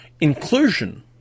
inclusion